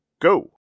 go